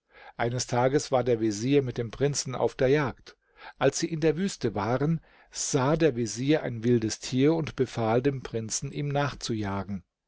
eines tages war der vezier mit dem prinzen auf der jagd als sie in der wüste waren sah der vezier ein wildes tier und befahl dem prinzen ihm nachzujagen